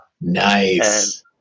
Nice